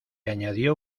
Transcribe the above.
añadió